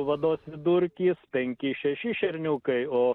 vados vidurkis penki šeši šerniukai o